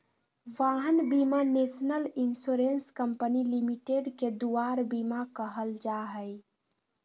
वाहन बीमा national insurance company limited के दुआर बीमा कहल जाहइ